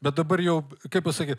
bet dabar jau kaip pasakyt